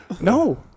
No